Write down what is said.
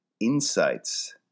insights